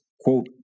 quote